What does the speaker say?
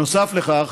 נוסף על כך,